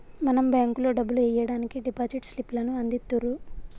మనం బేంకులో డబ్బులు ఎయ్యడానికి డిపాజిట్ స్లిప్ లను అందిత్తుర్రు